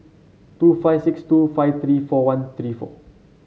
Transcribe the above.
two five six two five three four one three four